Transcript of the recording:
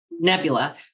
nebula